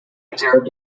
observed